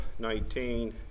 19